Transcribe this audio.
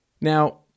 Now